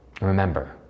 Remember